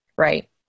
right